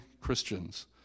Christians